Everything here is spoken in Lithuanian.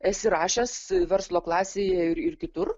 esi rašęs verslo klasėje ir kitur